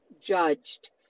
judged